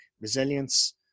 resilience